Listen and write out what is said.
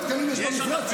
איך אתה לא יודע?